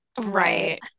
Right